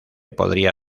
podría